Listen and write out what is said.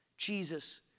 Jesus